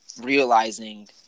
realizing